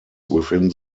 within